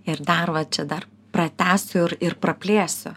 ir dar va čia dar pratęsiu ir ir praplėsiu